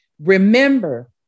Remember